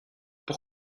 pour